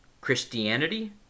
Christianity